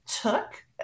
took